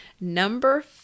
Number